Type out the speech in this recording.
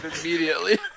immediately